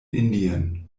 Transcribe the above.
indien